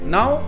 Now